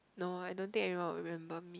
no I don't think everyone will remember me